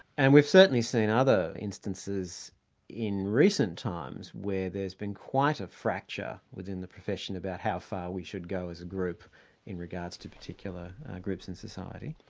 and we've certainly seen other instances in recent times where there's been quite a fracture with the profession about how far we should go as a group in regards to particular groups in society.